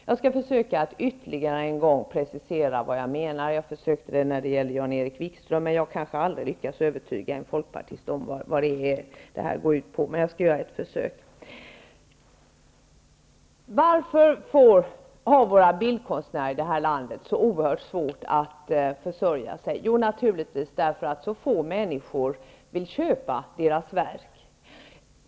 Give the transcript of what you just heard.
Jag skall försöka att ytterligare en gång precisera vad jag menar. Jag försökte förklara det för Jan-Erik Wikström, men jag kanske aldrig lyckas övertyga en folkpartist om vad det jag har att säga går ut på. Jag skall i alla fall göra ett försök. Varför har bildkonstnärer i det här landet så oerhört svårt att försörja sig? Jo, naturligtvis därför att så få människor vill köpa deras verk.